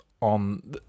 on